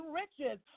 riches